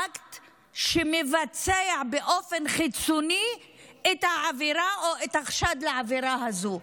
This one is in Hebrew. אקט שמבצע באופן חיצוני את העבירה או את החשד לעבירה הזו.